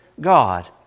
God